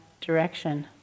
direction